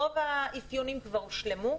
רוב האפיונים כבר הושלמו,